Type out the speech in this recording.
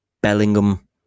Bellingham